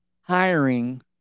hiring